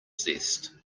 zest